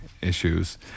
issues